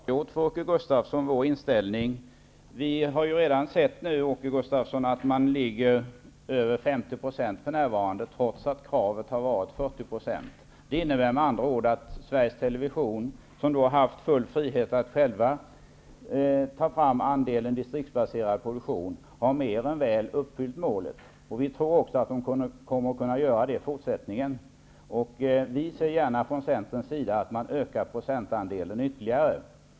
Herr talman! Jag tror att jag har klargjort vår inställning för Åke Gustavsson. Vi har redan sett att distriktsproduktionen är över 50 % för närvarande, trots att kravet har varit 40 %. Det innebär med andra ord att Sveriges Television, som har haft full frihet att själv ta fram andelen distriktsbaserad produktion, mer än väl har uppfyllt målet. Vi tror att man kommer att kunna göra det även i fortsättningen. Vi från Centern ser gärna att man ökar denna procentandel ytterligare.